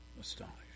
astonished